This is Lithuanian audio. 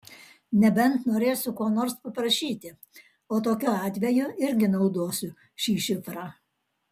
nebent norėsiu ko nors paprašyti o tokiu atveju irgi naudosiu šį šifrą